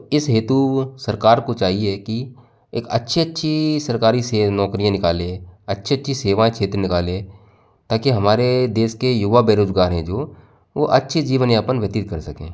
इस हेतु सरकार को चाहिए कि एक अच्छी अच्छी सरकारी से नौकरियाँ निकाले अच्छी अच्छी सेवा क्षेत्र निकाले ताकि हमारे देश के युवा बेरोजगार हैं जो वो अच्छे जीवन यापन व्यतीत कर सकें